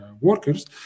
workers